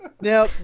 now